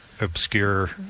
obscure –